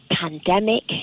pandemic